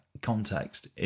context